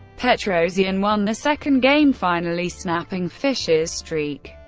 petrosian won the second game, finally snapping fischer's streak.